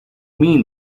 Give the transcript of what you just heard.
mean